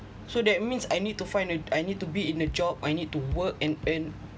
so that means I need to find a~ I need to be in a job I need to work and earn